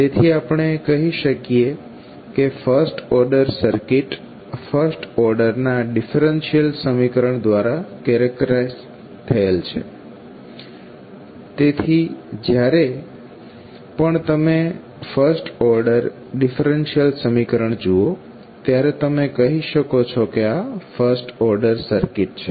તેથી આપણે કહી શકીએ કે ફર્સ્ટ ઓર્ડર સર્કિટ ફર્સ્ટ ઓર્ડરના ડિફરેન્શિયલ સમીકરણ દ્વારા કેરેક્ટરાઈઝ થયેલ છે તેથી જ્યારે પણ તમે ફર્સ્ટ ઓર્ડર ડિફરેન્શિયલ સમીકરણ જુઓ ત્યારે તમે કહી શકો છો કે આ ફર્સ્ટ ઓર્ડર સર્કિટ છે